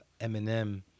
Eminem